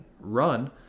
run